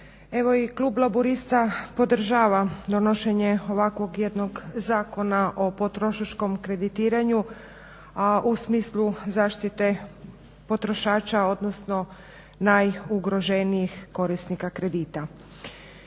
Evo i klub Laburista podržava donošenje ovakvog jednog Zakona o potrošačkom kreditiranju a u smislu zaštite potrošača odnosno najugroženijih korisnika kredita.